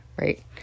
right